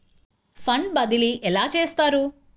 Fund బదిలీ ఎలా చేస్తారు?